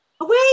Away